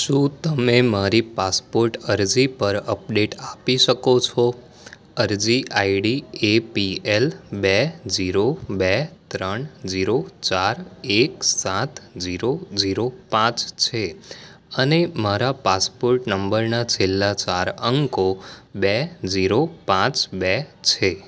શું તમે મારી પાસપોર્ટ અરજી પર અપડેટ આપી શકો છો અરજી આઇડી એ પી એલ બે જીરો બે ત્રણ જીરો ચાર એક સાત જીરો જીરો પાંચ છે અને મારા પાસપોર્ટ નંબરના છેલ્લા ચાર અંકો બે જીરો પાંચ બે છે